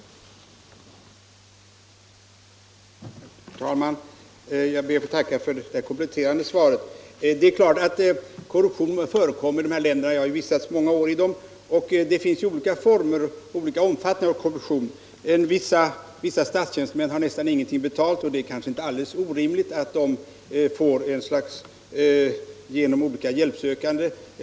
Om kontroll av